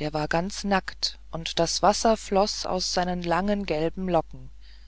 der war ganz nackt und das wasser floß aus seinen langen gelben locken